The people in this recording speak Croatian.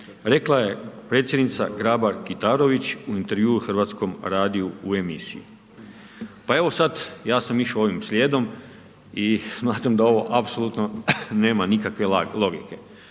Rekla je predsjednica Grabar Kitarović u intervjuu Hrvatskom radiju u emisiji. Pa evo, sada ja sam išao ovim slijedom i smatram da ovo apsolutno nema nikakve logike.